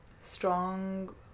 strong